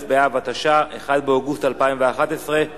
בעד, אין מתנגדים, אין נמנעים.